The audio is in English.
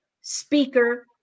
speaker